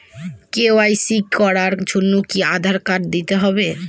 KYC করার জন্য কি আধার কার্ড দিতেই হবে?